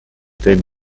take